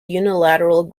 unilateral